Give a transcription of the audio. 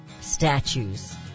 statues